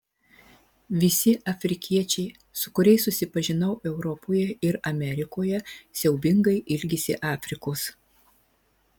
visi afrikiečiai su kuriais susipažinau europoje ir amerikoje siaubingai ilgisi afrikos